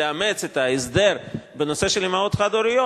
לאמץ את ההסדר בנושא של אמהות חד-הוריות,